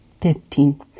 fifteen